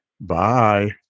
bye